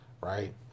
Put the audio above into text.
right